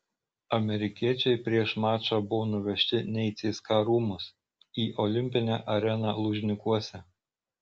amerikiečiai prieš mačą buvo nuvežti ne į cska rūmus į olimpinę areną lužnikuose